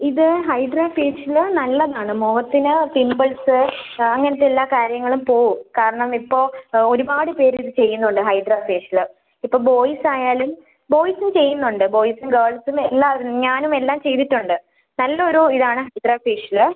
ഇത് hydra facial നല്ലതാണ് മുഖത്തിന് പിംപിൾസ് ആ അങ്ങനെയുള്ള എല്ലാ കാര്യങ്ങളും പോവും കാരണം ഇപ്പോള് ഒരുപാട് പേര് ഇത് ചെയ്യുന്നുണ്ട് ഹൈഡ്രാ ഫേഷ്യല് ഇപ്പം ബോയ്സ് ആയാലും ബോയ്സും ചെയ്യുന്നുണ്ട് ബോയ്സും ഗേൾസും എല്ലാവരും ഞാനും എല്ലാം ചെയ്തിട്ടുണ്ട് നല്ല ഒരു ഇതാണ് ഹൈഡ്രാ ഫേഷ്യല്